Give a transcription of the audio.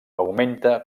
augmenta